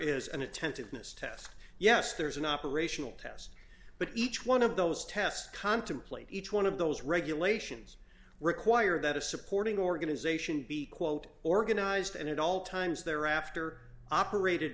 is an attentiveness test yes there's an operational test but each one of those tests contemplate each one of those regulations require that a supporting organisation be quote organized and at all times thereafter operated